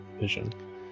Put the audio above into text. vision